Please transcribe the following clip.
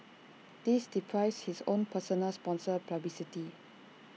this deprives his own personal sponsor publicity